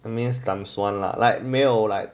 that means times one lah like 没有 like